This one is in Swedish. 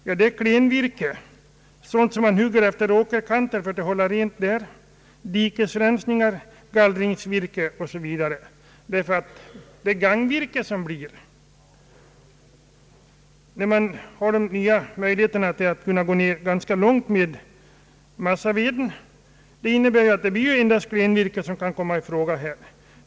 Jo, det är klenvirke, sådant som man hugger utefter åkeroch skogskanter för att hålla rent där, efter dikesrenar, gallringsvirke osv. Det virke som blir kvar består i stort sett en dast av klenvirke efter de nya bestämmelserna om massavedens användning och dimension.